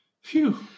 Phew